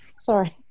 sorry